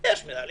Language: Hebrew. שמנהלי